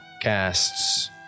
casts